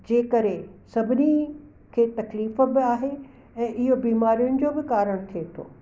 जे करे सभिनी खे तकलीफ़ बि आहे ऐं इहो बीमारियुनि जो ब कारण थिए थो